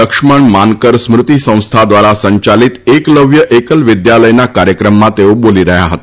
લક્ષ્મણ માનકર સ્મૃતિ સંસ્થા દ્વારા સંચાલીત એકલવ્ય એકલ વિદ્યાલયના કાર્યક્રમમાં તેઓ બોલી રહ્યા હતા